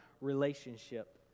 relationship